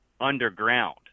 underground